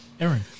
Aaron